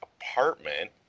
apartment